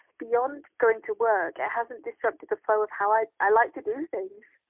beyond going to work it hasn't disrupted the flow of how i i like to do things.